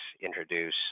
introduce